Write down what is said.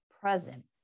present